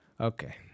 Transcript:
Okay